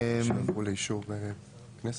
שעברו לאישור כנסת?